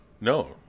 No